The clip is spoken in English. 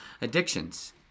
addictions